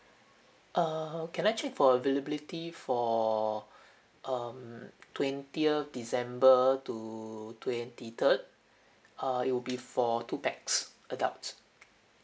err can I take for availability for um twentieth december to twenty third err it would be for two pax adults